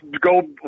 go